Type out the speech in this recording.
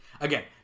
again